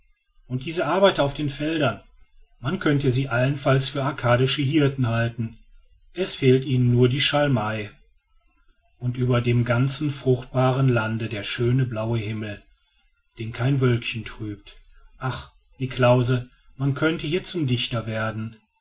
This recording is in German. und diese arbeiter auf den feldern man könnte sie allenfalls für arkadische hirten halten es fehlt ihnen nur die schalmei und über dem ganzen fruchtbaren lande der schöne blaue himmel den kein wölkchen trübt ach niklausse man könnte hier zum dichter werden